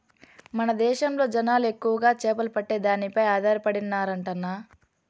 మన దేశంలో జనాలు ఎక్కువగా చేపలు పట్టే దానిపై ఆధారపడినారంటన్నా